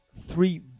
three